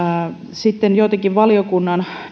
sitten joitakin valiokunnan